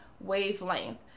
wavelength